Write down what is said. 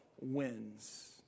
wins